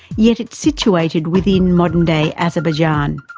yet it's situated within modern-day azerbaijan.